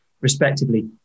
respectively